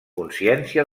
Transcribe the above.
consciència